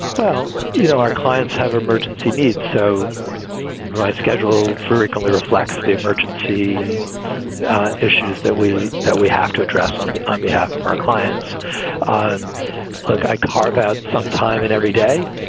well, you know, our clients have emergency needs. so i schedule frequently reflects the emergency issues that we that we have to address on but um behalf of our clients look, i carve out some time in every day.